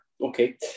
Okay